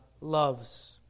loves